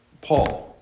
Paul